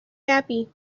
happy